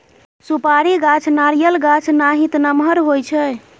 सुपारी गाछ नारियल गाछ नाहित नमगर होइ छइ